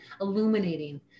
illuminating